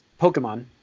Pokemon